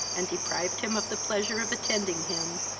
and deprived him of the pleasure of attending him,